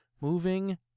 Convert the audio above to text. Moving